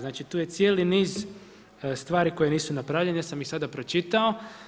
Znači tu je cijeli niz stvari koje nisu napravljene, jer sam ih sada pročitao.